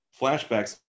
flashbacks